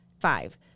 Five